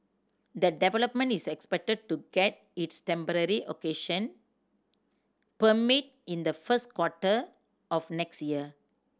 the development is expected to get its temporary occasion permit in the first quarter of next year